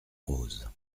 roses